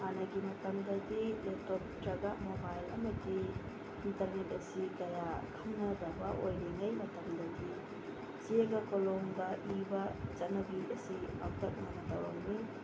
ꯍꯥꯟꯅꯒꯤ ꯃꯇꯝꯗꯗꯤ ꯂꯦꯞꯇꯣꯞ ꯅꯠꯇ꯭ꯔꯒ ꯃꯣꯕꯥꯏꯜ ꯑꯃꯗꯤ ꯏꯟꯇꯔꯅꯦꯠ ꯑꯁꯤ ꯀꯌꯥ ꯈꯪꯅꯗꯕ ꯑꯣꯏꯔꯤꯉꯩ ꯃꯇꯝꯗꯗꯤ ꯆꯦꯒ ꯀꯣꯂꯣꯝꯒ ꯏꯕ ꯆꯠꯅꯕꯤ ꯑꯁꯤ ꯄꯥꯛꯇꯛꯅꯅ ꯇꯧꯔꯝꯃꯤ